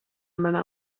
manā